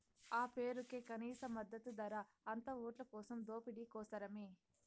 ఆ పేరుకే కనీస మద్దతు ధర, అంతా ఓట్లకోసం దోపిడీ కోసరమే